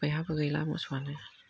बयहाबो गैला मोसौआनो